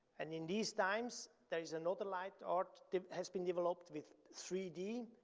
and in these times, there's another light art has been developed with three d,